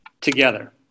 together